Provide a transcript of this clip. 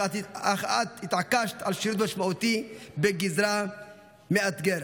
אך את התעקשת על שירות משמעותי בגזרה מאתגרת.